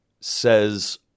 says